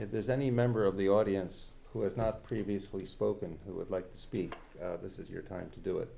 if there's any member of the audience who has not previously spoken who would like to speak this is your time to do it